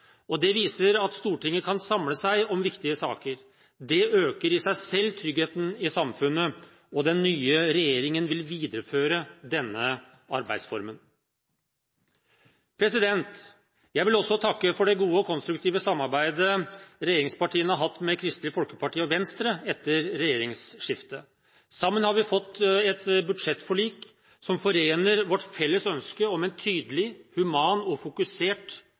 Det viser at Stortinget kan samle seg om viktige saker. Det øker i seg selv tryggheten i samfunnet. Den nye regjeringen vil videreføre denne arbeidsformen. Jeg vil også takke for det gode og konstruktive samarbeidet regjeringspartiene har hatt med Kristelig Folkeparti og Venstre etter regjeringsskiftet. Sammen har vi fått et budsjettforlik som forener vårt felles ønske om en tydelig, human og fokusert